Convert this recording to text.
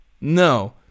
No